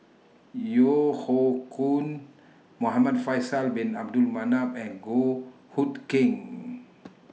Yeo Hoe Koon Muhamad Faisal Bin Abdul Manap and Goh Hood Keng